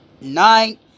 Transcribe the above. nine